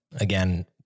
Again